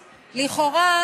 לכאורה,